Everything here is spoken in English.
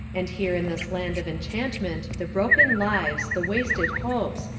and here in this land of enchantment the broken lives, the wasted hopes,